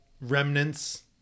remnants